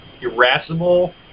irascible